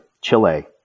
Chile